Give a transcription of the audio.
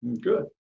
good